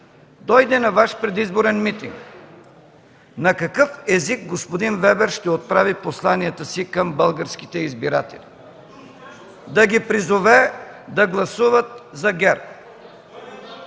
дойде на Ваш предизборен митинг – на какъв език господин Вебер ще отправи посланията си към българските избиратели да ги призове да гласуват за ГЕРБ?